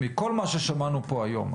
מכל מה ששמענו פה היום,